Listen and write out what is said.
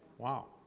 wow.